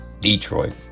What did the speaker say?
Detroit